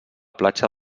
platja